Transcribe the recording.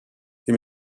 die